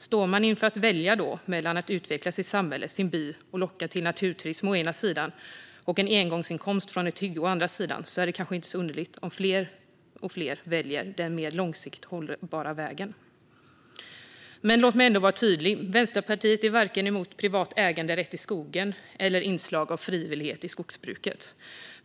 Står man inför att välja mellan att utveckla sitt samhälle, sin by och locka till naturturism å ena sidan och en engångsinkomst från ett hygge å andra sidan är det kanske inte så underligt om allt fler väljer den mer långsiktigt hållbara vägen. Låt mig ändå vara tydlig med att Vänsterpartiet inte är emot vare sig privat äganderätt till skogen eller inslag av frivillighet i skogsbruket.